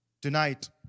Tonight